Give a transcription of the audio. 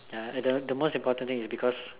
ya and the the most important thing is because